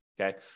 Okay